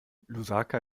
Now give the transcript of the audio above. lusaka